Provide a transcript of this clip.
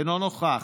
אינו נוכח,